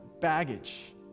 baggage